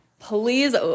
Please